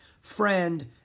Friend